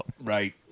Right